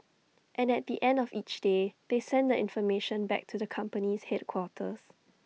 and at the end of each day they send the information back to the company's headquarters